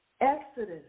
Exodus